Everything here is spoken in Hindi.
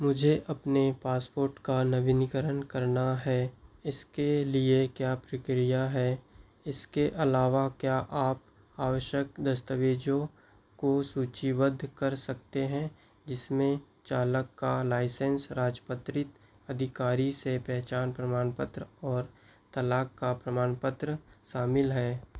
मुझे अपने पासपोर्ट का नवीनीकरण करना है इसके लिए क्या प्रक्रिया है इसके अलावा क्या आप आवश्यक दस्तावेज़ों को सूचीबद्ध कर सकते हैं जिसमें चालक का लाइसेन्स राजपत्रित अधिकारी से पहचान प्रमाणपत्र और तलाक का प्रमाणपत्र शामिल हैं